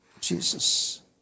Jesus